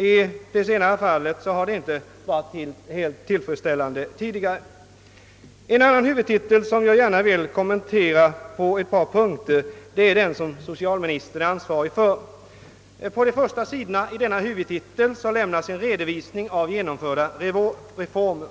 I det senare fallet har förhållandena tidigare inte varit tillfredsställande. En annan huvudtitel som jag gärna vill kommentera på ett par punkter är den som socialministern är ansvarig för. På de första sidorna i denna lämnas en redovisning av genomförda reformer.